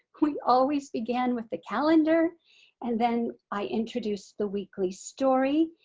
we always began with the calender and then i introduced the weekly story.